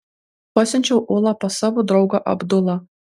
pasiunčiau ulą pas savo draugą abdulą